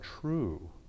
true